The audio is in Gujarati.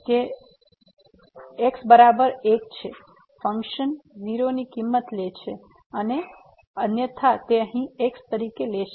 તેથી x બરાબર 1 છે એ ફંકશન 0 ની કિંમત લે છે અને અન્યથા તે અહીં x તરીકે લેશે